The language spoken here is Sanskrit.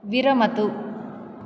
विरमतु